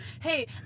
Hey